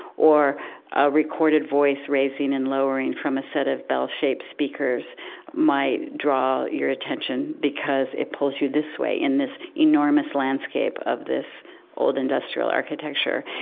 or a recorded voice raising and lowering from a set of bell-shaped speakers might draw your attention because it pulls you this way in this enormous landscape of this old industrial architecture.